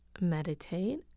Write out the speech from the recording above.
Meditate